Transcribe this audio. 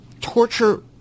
Torture